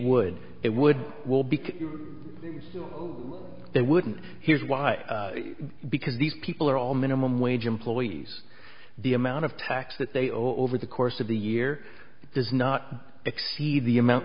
would it would will because they wouldn't here's why because these people are all minimum wage employees the amount of tax that they owe over the course of the year does not exceed the amount